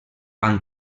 amb